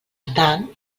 tant